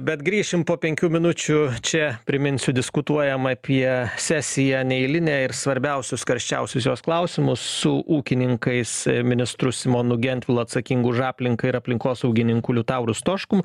bet grįšim po penkių minučių čia priminsiu diskutuojama apie sesiją neeilinę ir svarbiausius karščiausius jos klausimus su ūkininkais ministru simonu gentvilu atsakingu už aplinką ir aplinkosaugininku liutauru stoškum